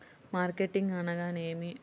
Marketing అనగానేమి?